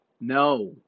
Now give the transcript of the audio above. No